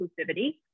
inclusivity